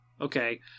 okay